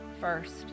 first